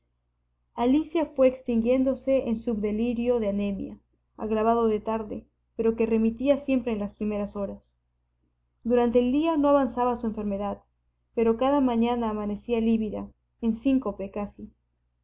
alicia fué extinguiéndose en subdelirio de anemia agravado de tarde pero que remitía siempre en las primeras horas durante el día no avanzaba su enfermedad pero cada mañana amanecía lívida en síncope casi